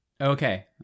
Okay